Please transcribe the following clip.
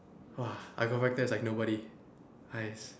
!wah! I go back there is like nobody !hais!